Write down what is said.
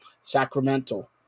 Sacramento